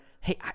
hey